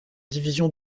divisions